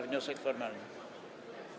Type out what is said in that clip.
Wniosek formalny.